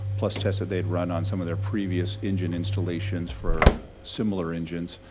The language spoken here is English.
plus tests that they had run on some of their previous engine installations for similar engines,